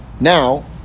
Now